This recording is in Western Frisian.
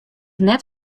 net